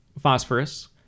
phosphorus